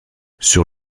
sur